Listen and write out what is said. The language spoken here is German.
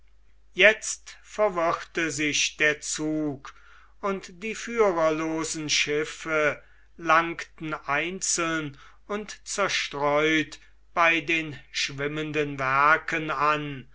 jetzt verwirrte sich der zug und die führerlosen schiffe langten einzeln und zerstreut bei den schwimmenden werken an